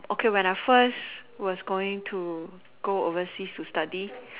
okay when I first was going to go overseas to study